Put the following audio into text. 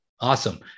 Awesome